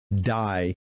die